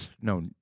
No